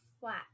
flat